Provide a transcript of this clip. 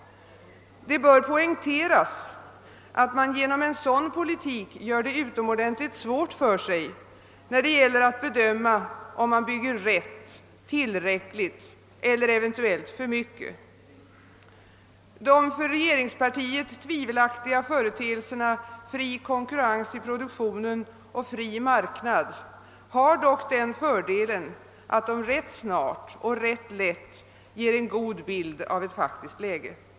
Det bör poängteras att man genom en sådan politik gör det utomordentligt svårt för sig när det gäller att bedöma om man bygger rätt, tillräckligt eller eventuellt för mycket. De för regeringspartiet tvivelaktiga företeelserna fri konkurrens i produktionen och fri marknad har dock den fördelen att de rätt snart och ganska lätt ger en god bild av ett faktiskt läge.